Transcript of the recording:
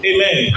Amen